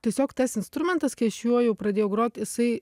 tiesiog tas instrumentas kai aš juo jau pradėjau grot jisai